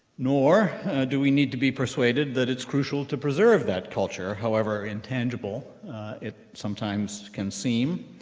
nor do we need to be persuaded that it's crucial to preserve that culture, however intangible it sometimes can seem,